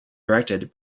directed